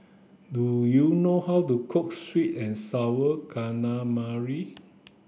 do you know how to cook sweet and sour calamari